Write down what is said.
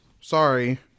Sorry